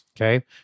okay